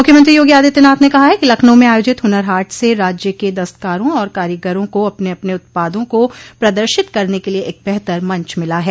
मुख्यमंत्री योगी आदित्यनाथ ने कहा है कि लखनऊ में आयोजित हुनर हाट से राज्य के दस्तकारों और कारीगरों को अपने अपने उत्पादों को प्रदर्शित करने के लिये एक बेहतर मंच मिला है